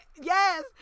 Yes